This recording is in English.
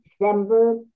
December